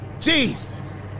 Jesus